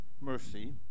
mercy